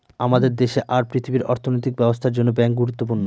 আমাদের দেশে আর পৃথিবীর অর্থনৈতিক ব্যবস্থার জন্য ব্যাঙ্ক গুরুত্বপূর্ণ